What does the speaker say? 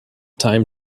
time